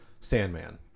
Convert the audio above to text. Sandman